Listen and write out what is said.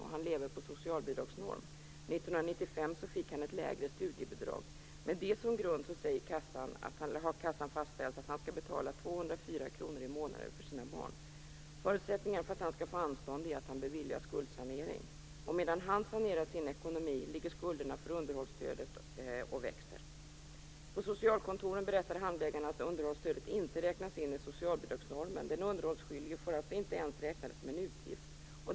Han lever på socialbidragsnormen. 1995 fick han ett lägre studiebidrag. Med det som grund har kassan fastställt att han skall betala 204 kr i månaden för sina barn. Förutsättningen för att han skall få anstånd är att han beviljats skuldsanering. Medan han sanerar sin ekonomi ligger skulderna för underhållsstödet och växer. På socialkontoren berättar handläggarna att underhållsstödet inte räknas in i socialbidragsnormen. Den underhållsskyldige får alltså inte ens räkna det som en utgift.